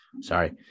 Sorry